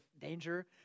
danger